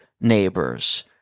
neighbors